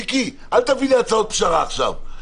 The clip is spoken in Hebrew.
מיקי, אל תביא לי הצעות פשרה עכשיו.